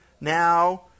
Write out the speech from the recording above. now